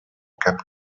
cap